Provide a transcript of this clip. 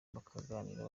bakaganira